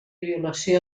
violació